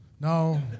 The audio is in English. No